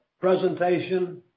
presentation